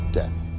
death